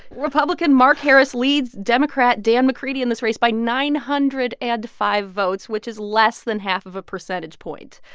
republican mark harris leads democrat dan mccready in this race by nine hundred and five votes, which is less than half of a percentage point.